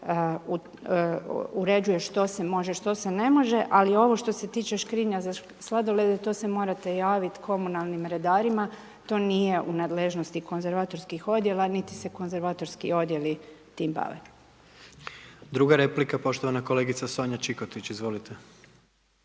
uređuje što se može, što se ne može. Ali ovo što se tiče škrinja za sladolede, to se morate javit komunalnim redarima, to nije u nadležnosti konzervatorskih odjela, niti se konzervatorski odjeli tim bave. **Jandroković, Gordan (HDZ)** Druga replika, poštovana kolegica Sonja Čikotić. Izvolite.